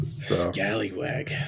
scallywag